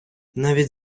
навіть